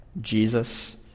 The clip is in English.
Jesus